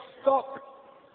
stop